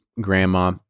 grandma